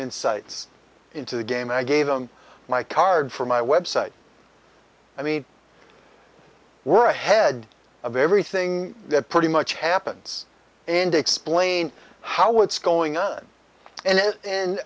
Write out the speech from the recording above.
insights into the game i gave them my card for my website i mean we're ahead of everything that pretty much happens and explain how what's going on and